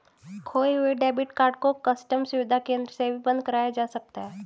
खोये हुए debit card को कस्टम सुविधा केंद्र से भी बंद कराया जा सकता है